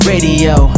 Radio